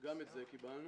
גם את זה קיבלנו,